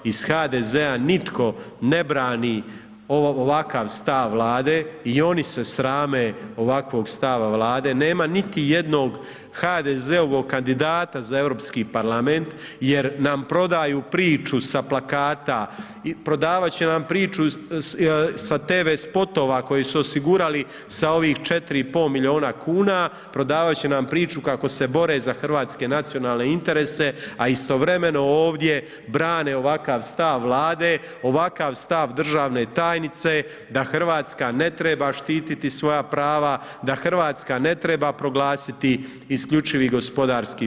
Iz HDZ-a nitko ne brani ovakav stav Vlade i oni se srame ovakvog stava Vlade, nema niti jednog HDZ-ovog kandidata za EU parlament jer nam prodaju priču sa plakata, prodavat će nam priču sa TV spotova koji su osigurali sa ovih 4,5 milijuna kuna, prodavat će nam priču kako se bore za hrvatske nacionalne interese, a istovremeno ovdje brane ovakav stav Vlade, ovakav stav državne tajnice, da Hrvatska ne treba štititi svoja prava, da Hrvatska ne treba proglasiti IGP.